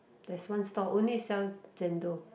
there's one stall only sell Chendol